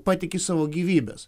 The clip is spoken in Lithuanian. patiki savo gyvybes